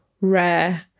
rare